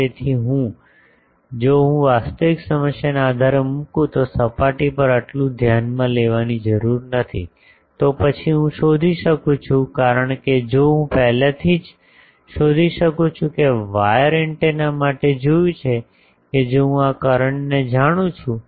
તેથી હવે જો હું વાસ્તવિક સમસ્યાના આધારે મૂકું તો સપાટી પર આટલું ધ્યાનમાં લેવાની જરૂર નથી તો પછી હું શોધી શકું છું કારણ કે જો હું પહેલાથી જ શોધી શકું છું કે વાયર એન્ટેના માટે જોયું છે કે જો હું આ કરંટ ને જાણું છું